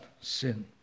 sin